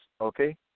okay